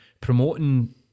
promoting